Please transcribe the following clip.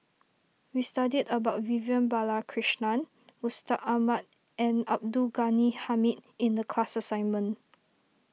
we studied about Vivian Balakrishnan Mustaq Ahmad and Abdul Ghani Hamid in the class assignment